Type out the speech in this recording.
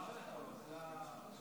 לרשותך שלוש